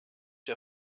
der